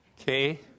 Okay